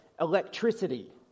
electricity